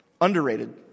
Underrated